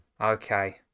Okay